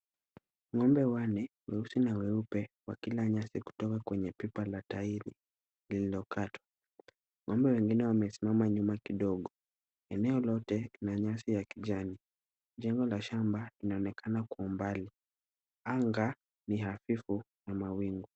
Ng'ombe wanne weusi na weupe, wakila nyasi kutoka kwenye pipa la tairi lililokatwa. Ng'ombe wengine wamesimama nyuma kidogo. Eneo lote lina nyasi ya kijani. Jengo la shamba linaonekana kwa umbali. Anga ni hafifu na mawingu.